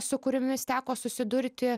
su kuriomis teko susidurti